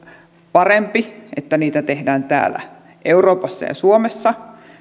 parempi että niitä tehdään täällä euroopassa ja suomessa